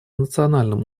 национальном